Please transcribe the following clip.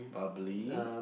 probably